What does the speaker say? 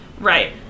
Right